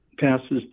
passes